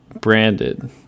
branded